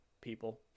people